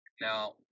now